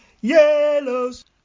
yellows